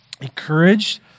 encouraged